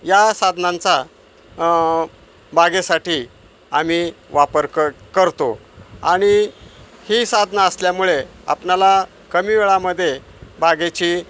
या साधनांचा बागेसाठी आम्ही वापर क करतो आणि ही साधनं असल्यामुळे आपणाला कमी वेळामध्ये बागेची